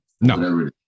No